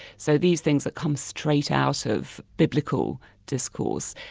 so these things that come straight out of biblical discourse,